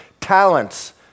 talents